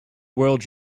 world